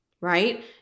right